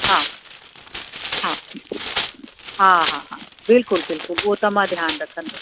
हा हा हा हा हा बिल्कुलु बिल्कुलु उहो त मां ध्यानु रखंदसि